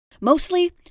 Mostly